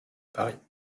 paris